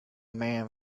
man